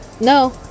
no